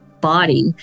body